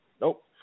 Nope